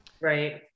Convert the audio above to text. Right